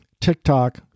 TikTok